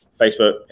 Facebook